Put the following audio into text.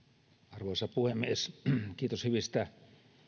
arvoisa puhemies kiitos hyvistä